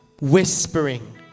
whispering